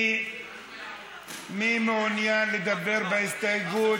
מי מעוניין לדבר בהסתייגות?